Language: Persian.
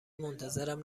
منتظرم